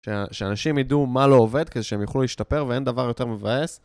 שאנשים ידעו מה לא עובד כדי שהם יוכלו להשתפר ואין דבר יותר מבאס.